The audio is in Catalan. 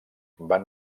van